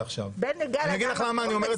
בני גל מצלם את כולם.